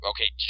Okay